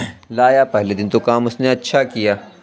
لایا پہلے دن تو کام اس نے اچھا کیا